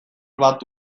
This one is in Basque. bat